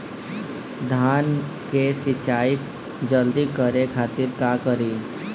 धान के सिंचाई जल्दी करे खातिर का करी?